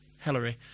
Hillary